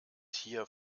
hier